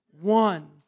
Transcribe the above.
one